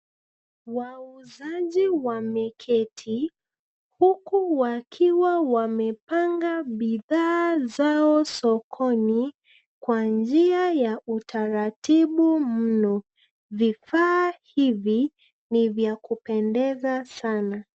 Wauzaji wameketi, huku wakiwa wamepanga bidhaa zao sokoni, kwa njia ya utaratibu mno. Vifaa hivi ni vya kupendeza sana.